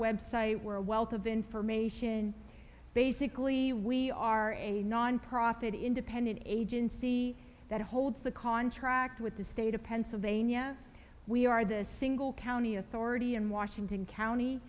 website where a wealth of information basically we are a nonprofit independent agency that holds the contract with the state of pennsylvania we are the single county authority in washington county